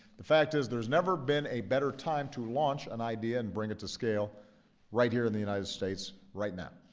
the fact is there has never been a better time to launch an idea and bring it to scale right here in the united states, right now.